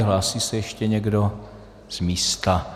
Hlásí se ještě někdo z místa?